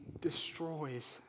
destroys